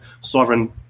sovereign